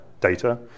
data